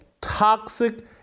toxic